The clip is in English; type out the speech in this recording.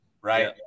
Right